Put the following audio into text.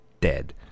dead